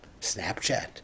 Snapchat